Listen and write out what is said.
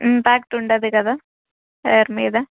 impact ఉండదు కదా hair మీద